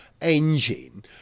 engine